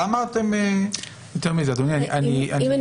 למה אתם --- יותר מזה, אדוני, יש פה גם